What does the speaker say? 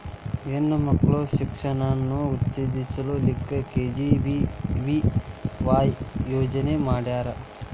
ಹೆಣ್ ಮಕ್ಳ ಶಿಕ್ಷಣಾನ ಉತ್ತೆಜಸ್ ಲಿಕ್ಕೆ ಕೆ.ಜಿ.ಬಿ.ವಿ.ವಾಯ್ ಯೋಜನೆ ಮಾಡ್ಯಾರ್